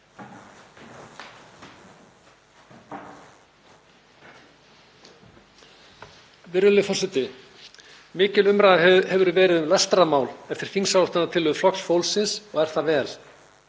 Virðulegur forseti. Mikil umræða hefur verið um lestrarmál eftir þingsályktunartillögu Flokks fólksins og er það vel.